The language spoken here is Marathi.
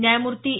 न्यायमूर्ती ए